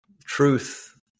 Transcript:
truth